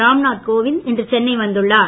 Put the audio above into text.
ராம்நாத் கோவிந்த் இன்று சென்னை வந்துள்ளார்